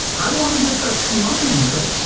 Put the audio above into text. i want to get back to mine, but